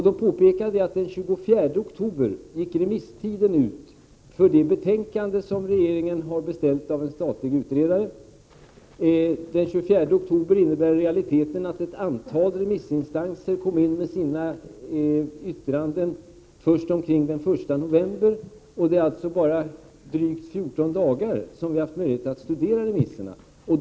Då påpekade jag att remisstiden för det betänkande som regeringen har beställt av en statlig utredare gick ut den 24 oktober. I realiteten innebar det att ett antal remissinstanser kom in med sina yttranden först omkring den 1 november. Det är alltså bara under drygt 14 dagar vi har haft möjlighet att studera remissyttrandena.